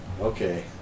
okay